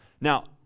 Now